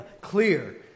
Clear